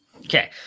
Okay